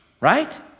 right